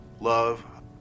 love